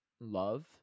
love